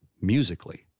musically